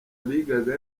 bigaga